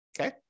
Okay